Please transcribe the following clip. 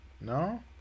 No